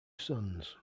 sons